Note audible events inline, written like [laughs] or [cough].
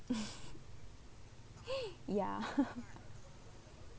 [laughs] ya [laughs]